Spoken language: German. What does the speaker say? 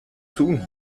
tun